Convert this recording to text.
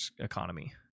economy